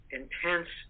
intense